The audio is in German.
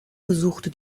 besuchte